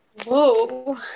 Whoa